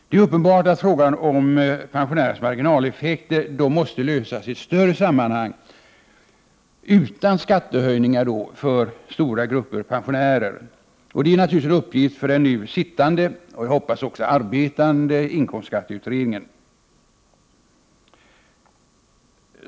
Det är uppenbart att frågan om marginaleffekterna när det gäller pensionärer måste lösas i ett större sammanhang utan skattehöjningar för stora grupper pensionärer. Det är naturligtvis en uppgift för den nu sittande, och vi hoppas också arbetande, inkomstskatteutredningen.